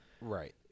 right